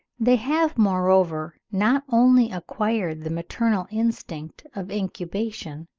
they have, moreover, not only acquired the maternal instinct of incubation,